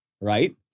right